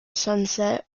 sunset